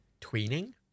Tweening